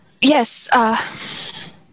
yes